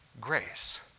grace